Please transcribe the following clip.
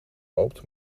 loopt